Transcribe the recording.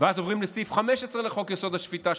ואז עוברים לסעיף 15 לחוק-יסוד: השפיטה,